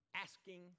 asking